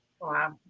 Wow